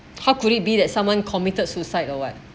how could it be that someone committed suicide or what